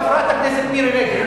חברת הכנסת מירי רגב,